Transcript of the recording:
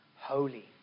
holy